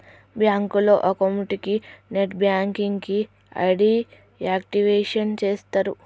బ్యాంకులో అకౌంట్ కి net banking కి ఐడి యాక్టివేషన్ చేస్తరు